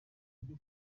ibyo